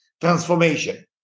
transformation